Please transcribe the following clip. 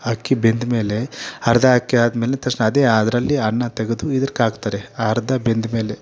ಅಕ್ಕಿ ಬೆಂದ ಮೇಲೆ ಅರ್ಧ ಅಕ್ಕಿ ಆದಮೇಲೆ ತಕ್ಷಣ ಅದೇ ಅದರಲ್ಲಿ ಅನ್ನ ತೆಗೆದು ಇದ್ರ್ಕ್ ಹಾಕ್ತಾರೆ ಅರ್ಧ ಬೆಂದ ಮೇಲೆ